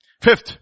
Fifth